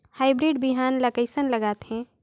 Hybrid बिहान ला कइसन लगाथे?